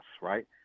right